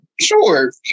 sure